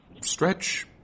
stretch